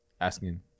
Asking